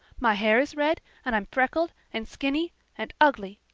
my hair is red and i'm freckled and skinny and ugly.